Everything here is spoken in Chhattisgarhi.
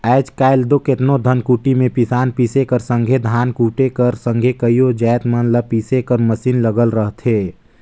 आएज काएल दो केतनो धनकुट्टी में पिसान पीसे कर संघे धान कूटे कर संघे कइयो जाएत मन ल पीसे कर मसीन लगल रहथे